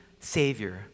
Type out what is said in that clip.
Savior